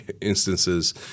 instances